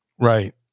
Right